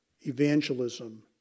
Evangelism